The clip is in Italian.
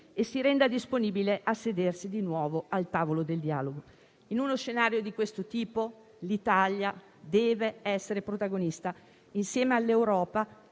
e si renda disponibile a sedersi di nuovo al tavolo del dialogo. In uno scenario di questo tipo l'Italia deve essere protagonista, insieme all'Europa.